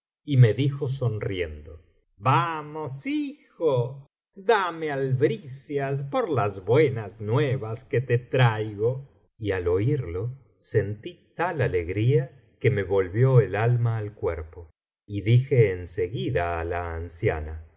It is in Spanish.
y me dijo sonriendo vamos hijo dame albricias por las buenas nuevas que te traigo y a oirlo sentí tal alegría que mo volvió el alma al cuerpo y dije en seguida á la anciana